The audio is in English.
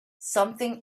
something